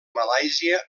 malàisia